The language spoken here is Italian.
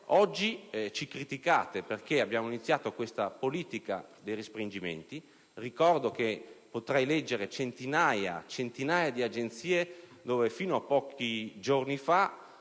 Oggi ci criticate perché abbiamo iniziato la politica dei restringimenti. Potrei leggere notizie di centinaia di agenzie dove fino a pochi giorni fa